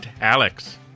Alex